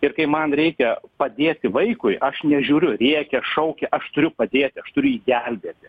ir kai man reikia padėti vaikui aš nežiūriu rėkia šaukia aš turiu padėti aš turiu jį gelbėti